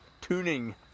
tuning